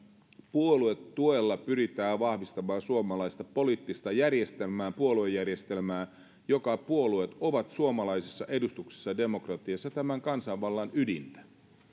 puoluetuella pyritään vahvistamaan suomalaista poliittista järjestelmää puoluejärjestelmää jonka puolueet ovat suomalaisessa edustuksellisessa demokratiassa tämän kansanvallan ydintä ja